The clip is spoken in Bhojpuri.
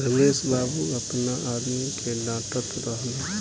रमेश बाबू आपना आदमी के डाटऽत रहलन